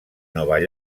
nova